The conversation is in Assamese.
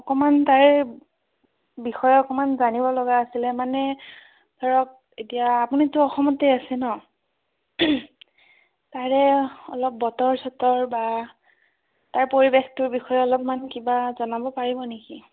অকণমান তাৰ বিষয়ে অকণমান জানিব লগা আছিলে মানে ধৰক এতিয়া আপুনিতো অসমতে আছে ন' তাৰে অলপ বতৰ চতৰ বা তাৰ পৰিবেশটোৰ বিষয়ে অলপমান কিবা জনাব পাৰিব নেকি